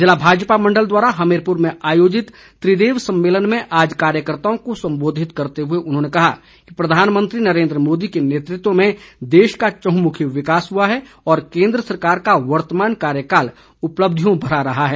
जिला भाजपा मंडल द्वारा हमीरपुर में आयोजित त्रिदेव सम्मेलन में आज कार्यकर्त्ताओं को संबोधित करते हुए उन्होंने कहा कि प्रधानमंत्री नरेंद्र मोदी के नेतृत्व में देश का चहुंमुखी विकास हुआ है और केंद्र सरकार का वर्तमान कार्यकाल उपक्षियों भरा रहा है